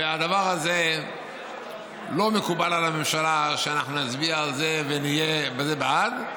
ולא מקובל על הממשלה שנצביע על הדבר הזה ונהיה בעד.